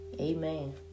Amen